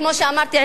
כמו שאמרתי,